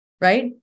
right